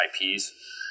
IPs